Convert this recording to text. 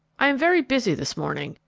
i am very busy this morning,